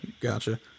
Gotcha